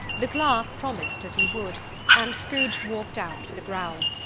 the clerk promised that he would and scrooge walked out with a growl.